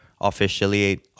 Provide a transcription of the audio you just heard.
officially